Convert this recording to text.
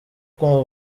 kumva